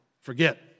forget